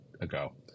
ago